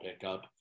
pickup